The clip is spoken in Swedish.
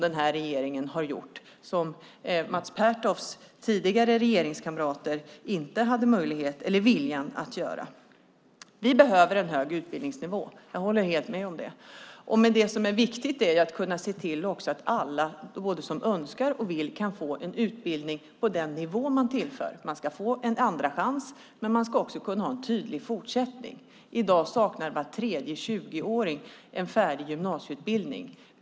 Den här regeringen har gjort det som Mats Pertofts tidigare regeringskamrater inte hade möjlighet eller vilja att göra. Att det behövs en högre utbildningsnivå håller jag helt med om. Men viktigt är att också kunna se till att alla som så önskar kan få en utbildning på den nivå som tillförs. Man ska få en andra chans, men man ska också kunna ha en tydlig fortsättning. I dag saknar var tredje 20-åring en färdig gymnasieutbildning.